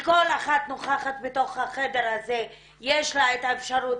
לכל נוכחת בתוך החדר הזה יש את האפשרות